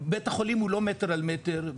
בית החולים הוא לא מטר על מטר,